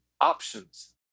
options